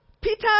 Peter